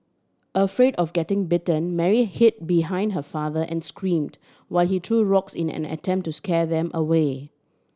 afraid of getting bitten Mary hid behind her father and screamed while he threw rocks in an attempt to scare them away